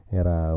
era